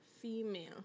Female